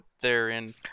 therein